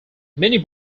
many